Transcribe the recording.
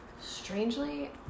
strangely